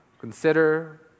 consider